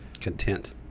Content